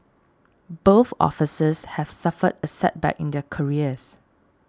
both officers have suffered a setback in their careers